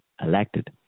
elected